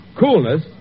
Coolness